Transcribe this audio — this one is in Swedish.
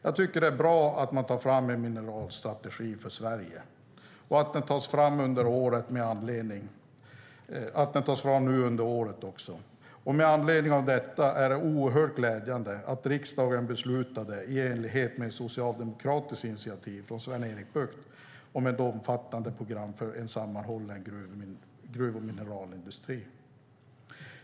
Jag tycker att det är bra att man tar fram en mineralstrategi för Sverige och att den tas fram under detta år. Därför är det oerhört glädjande att riksdagen beslutade i enlighet med ett socialdemokratiskt initiativ från Sven-Erik Bucht om ett omfattande program för en sammanhållen gruv och mineralindustri.